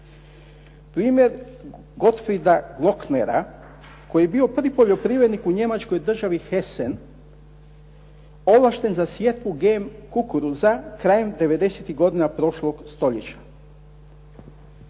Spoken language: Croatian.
Primjer Gotfield Walkera koji je bio prvi poljoprivrednik u Njemačkoj državi u Hessenu ovlašten za sjetvu GMO kukuruza krajem devedesetih godina prošlog stoljeća.